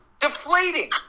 Deflating